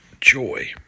joy